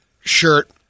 shirt